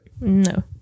No